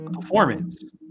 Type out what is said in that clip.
performance